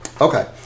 okay